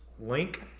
link